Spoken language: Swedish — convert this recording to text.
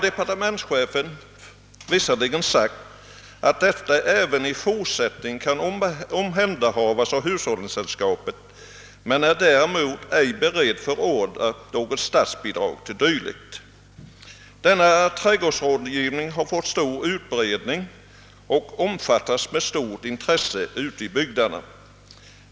Departementschefen har visserligen sagt att detta även i fortsättningen kan omhänderhas av hushållningssällskapen, men han är däremot ej beredd att förorda något statsbidrag till dylikt. Denna trädgårdsrådgivning har fått stor utbredning och omfattats med stort intresse ute i bygderna.